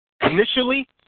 Initially